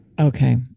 okay